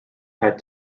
had